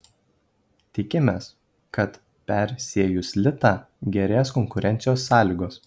tikimės kad persiejus litą gerės konkurencijos sąlygos